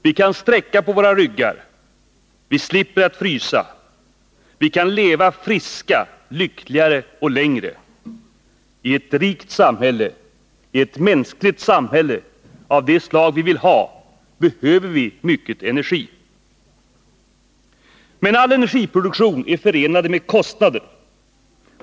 Vi kan sträcka på våra ryggar, vi slipper att frysa, vi kan leva friska, lyckligare och längre. I ett rikt samhälle, i ett mänskligt samhälle av det slag som vi vill ha, behöver vi mycket energi. Men all energiproduktion är förenad med kostnader.